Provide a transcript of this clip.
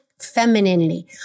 femininity